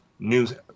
news